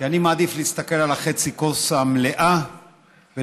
כי אני מעדיף להסתכל על חצי הכוס המלאה ולדעת